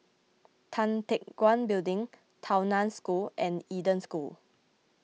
Tan Teck Guan Building Tao Nan School and Eden School